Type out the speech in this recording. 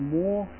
more